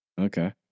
Okay